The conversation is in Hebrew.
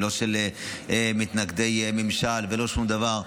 לא של מתנגדי ממשל ולא שום דבר.